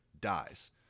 dies